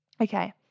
Okay